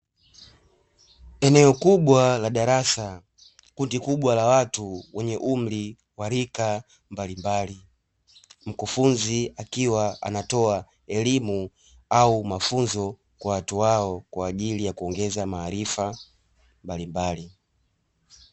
Eneo kubwa la darasa; kundi kubwa la watu wenye umri wa rika mbalimbali. Mkufunzi akiwa anatoa elimu au mafunzo kwa watu hao kwa ajili ya kuongeza maarifa mbalimbali.